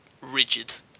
rigid